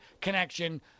connection